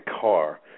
car